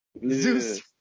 Zeus